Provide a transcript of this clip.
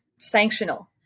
sanctional